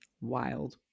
Wild